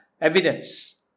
evidence